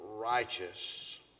righteous